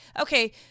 okay